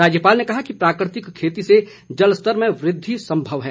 राज्यपाल ने कहा कि प्राकृतिक खेती से जल स्तर में वृद्धि संभव है